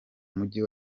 mujyi